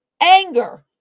anger